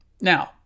Now